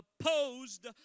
opposed